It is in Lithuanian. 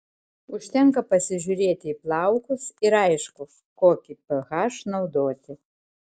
užtenka pasižiūrėti į plaukus ir aišku kokį ph naudoti